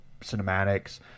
cinematics